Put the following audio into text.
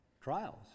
Trials